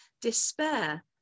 despair